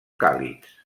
càlids